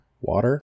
water